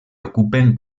ocupen